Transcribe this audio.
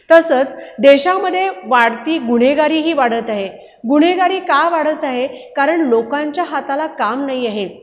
तसंच देशामधे वाढती गुन्हेगारीही वाढत आहे गुन्हेगारी का वाढत आहे कारण लोकांच्या हाताला काम नाही आहे